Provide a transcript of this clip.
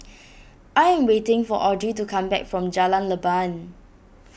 I am waiting for Audrey to come back from Jalan Leban